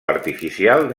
artificial